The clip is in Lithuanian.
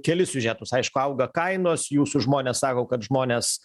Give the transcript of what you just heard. kelis siužetus aišku auga kainos jūsų žmonės sako kad žmonės